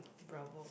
bravo